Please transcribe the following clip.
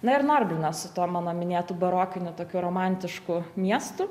na ir norbliną su tuo mano minėtu barokiniu tokiu romantišku miestu